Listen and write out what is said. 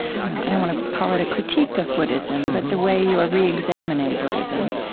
i don't want to call it a critique of buddhism, but the way you are reexamining buddhism,